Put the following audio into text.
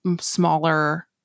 smaller